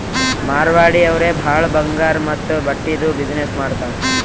ಮಾರ್ವಾಡಿ ಅವ್ರೆ ಭಾಳ ಬಂಗಾರ್ ಮತ್ತ ಬಟ್ಟಿದು ಬಿಸಿನ್ನೆಸ್ ಮಾಡ್ತಾರ್